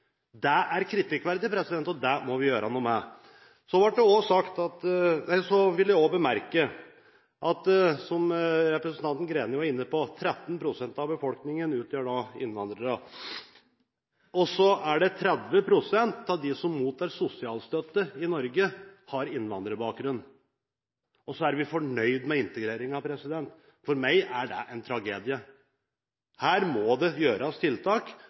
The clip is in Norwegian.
Det er kritikkverdig, og det må vi gjøre noe med. Jeg vil også bemerke – som representanten Greni var inne på – at 13 pst. av befolkningen er innvandrere, og 30 pst. av dem som mottar sosialstøtte i Norge, har innvandrerbakgrunn. Og vi er fornøyd med integreringen. For meg er det en tragedie. Her må det settes i verk tiltak, og det må gjøres